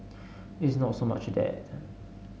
it's not so much that